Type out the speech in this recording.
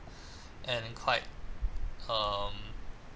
and quite um